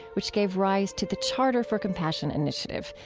which gave rise to the charter for compassion initiative.